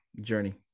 Journey